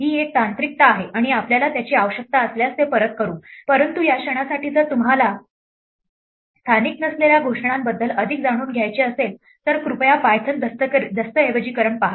ही एक तांत्रिकता आहे आणि आपल्याला त्याची आवश्यकता असल्यास ते परत करू परंतु या क्षणासाठी जर तुम्हाला स्थानिक नसलेल्या घोषणांबद्दल अधिक जाणून घ्यायचे असेल तर कृपया पायथन दस्तऐवजीकरण पहा